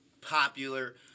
popular